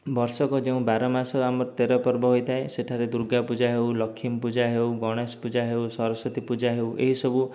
ବର୍ଷକ ଯେଉଁ ବାରମାସ ଆମ ତେର ପର୍ବ ହୋଇଥାଏ ସେଠାରେ ଦୁର୍ଗା ପୂଜା ହେଉ ଲକ୍ଷ୍ମୀ ପୂଜା ହେଉ ଗଣେଷ ପୂଜା ହେଉ ସରସ୍ଵତୀ ପୂଜା ହେଉ ଏହିସବୁ